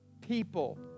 People